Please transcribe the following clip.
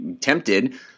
tempted